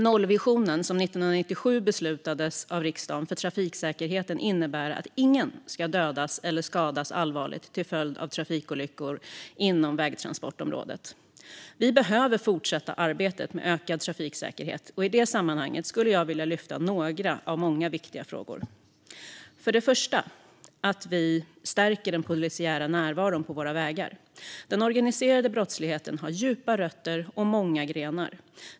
Nollvisionen för trafiksäkerheten som 1997 beslutades av riksdagen innebär att ingen ska dödas eller skadas allvarligt till följd av trafikolyckor inom vägtransportområdet. Vi behöver fortsätta arbetet med ökad trafiksäkerhet. I det sammanhanget skulle jag vilja lyfta fram några av många viktiga frågor. För det första behöver vi stärka den polisiära närvaron på våra vägar. Den organiserade brottsligheten har djupa rötter och många grenar.